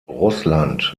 russland